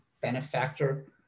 benefactor